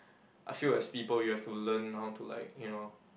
I feel as people you have to learn how to like you know